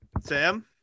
Sam